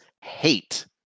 hate